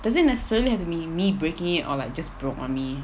does it necessarily have to be me breaking it or like just broke on me